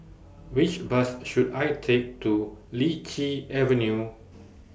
Which Bus should I Take to Lichi Avenue